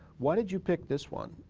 why did you pick this one,